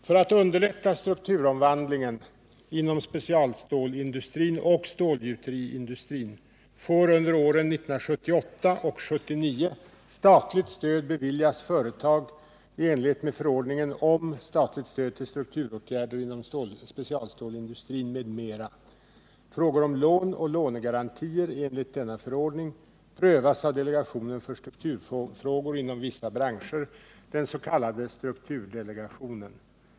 För att underlätta strukturomvandlingen inom specialstålindustrin och stålgjuteriindustrin får under åren 1978 och 1979 statligt stöd beviljas företag enligt förordningen om statligt stöd till strukturåtgärder inom specialstålindustrin m.m. Frågor om lån och lånegarantier enligt denna förordning prövas av delegationen för strukturfrågor inom vissa branscher, den s.k. strukturdelegationen.